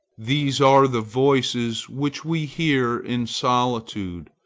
these are the voices which we hear in solitude,